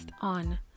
on